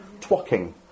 Twocking